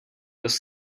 dost